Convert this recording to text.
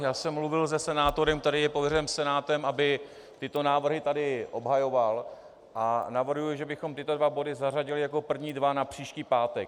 Já jsem mluvil se senátorem, který je pověřen Senátem, aby tyto návrhy tady obhajoval, a navrhuji, že bychom tyto dva body zařadili jako první dva na příští pátek.